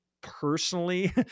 personally